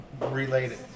related